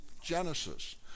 Genesis